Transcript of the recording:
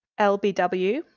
LBW